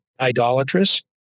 idolatrous